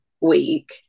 week